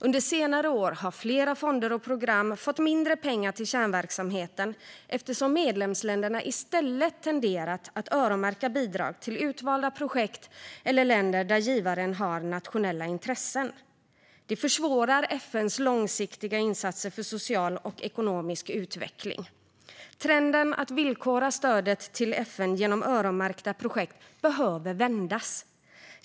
Under senare år har flera fonder och program fått mindre pengar till kärnverksamheten eftersom medlemsländerna tenderat att i stället öronmärka bidrag till utvalda projekt eller länder där givaren har nationella intressen. Det försvårar FN:s långsiktiga insatser för social och ekonomisk utveckling. Trenden att villkora stödet till FN genom öronmärkta projekt behöver vändas.